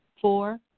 Four